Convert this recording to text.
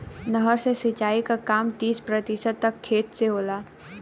नहर से सिंचाई क काम तीस प्रतिशत तक खेत से होला